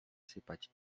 sypać